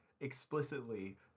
explicitly